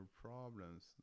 problems